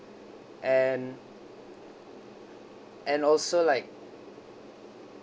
and and also like